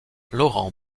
laurent